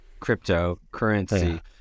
cryptocurrency